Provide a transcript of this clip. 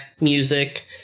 music